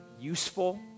useful